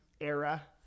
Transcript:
era